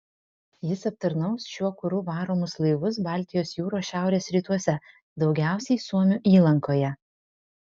jis aptarnaus šiuo kuru varomus laivus baltijos jūros šiaurės rytuose daugiausiai suomių įlankoje